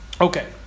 Okay